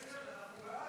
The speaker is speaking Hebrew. כן, בטח, אנחנו בעד.